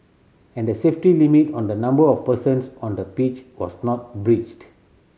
and the safety limit on the number of persons on the pitch was not breached